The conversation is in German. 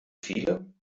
viele